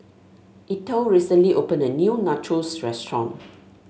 Ethel recently opened a new Nachos Restaurant